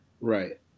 Right